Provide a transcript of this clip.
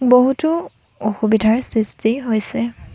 বহুতো অসুবিধাৰ সৃষ্টি হৈছে